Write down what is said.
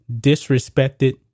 disrespected